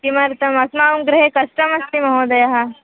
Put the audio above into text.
किमर्थम् अस्माकं गृहे कष्टमस्ति महोदय